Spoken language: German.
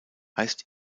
heißt